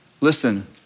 listen